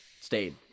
Stayed